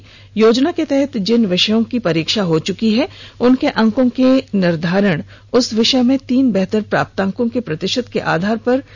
याोजना के तहत जिन विषयों की परीक्षा हो चुकी है उनके अंको का निर्धारण उस विषय में तीन बेहतर प्राप्तांकों के प्रति ात के आधार पर आकलन होगा